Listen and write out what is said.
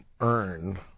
earn